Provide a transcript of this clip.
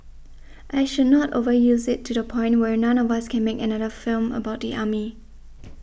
I should not overuse it to the point where none of us can make another film about the army